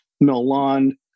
Milan